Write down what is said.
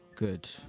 Good